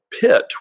pit